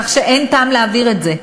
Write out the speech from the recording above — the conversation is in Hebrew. כך שאין טעם להעביר את זה.